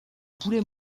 boulay